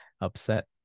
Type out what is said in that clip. upset